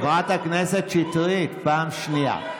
חברת הכנסת שטרית, פעם שנייה.